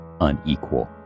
unequal